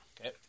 Okay